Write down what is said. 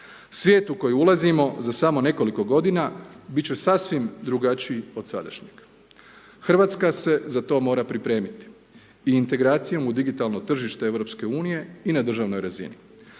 Svijet u koji ulazimo za samo nekoliko godina bit će sasvim drugačiji od sadašnjeg. Hrvatska se za to mora pripremiti i integracijom u digitalno tržište EU i na državnoj razini.